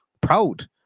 proud